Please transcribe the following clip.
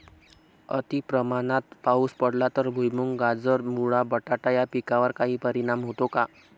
अतिप्रमाणात पाऊस पडला तर भुईमूग, गाजर, मुळा, बटाटा या पिकांवर काही परिणाम होतो का?